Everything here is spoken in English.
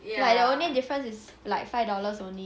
like the only difference is like five dollars only